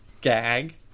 gag